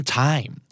time